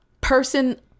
person